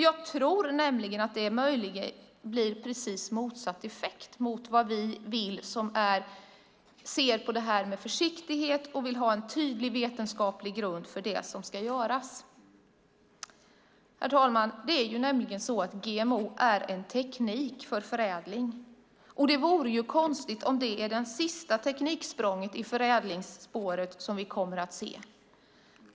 Jag tror att det kan få precis motsatt effekt till vad vi som ser på detta med försiktighet och önskar en tydlig vetenskaplig grund för det som ska göras vill. Herr talman! GMO är en teknik för förädling. Det vore konstigt om det är det sista tekniksprånget i förädlingsspåret som vi kommer att se.